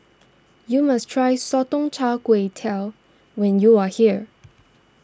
you must try Sotong Char Kway Tell when you are here